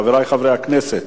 חברי חברי הכנסת,